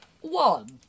One